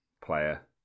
player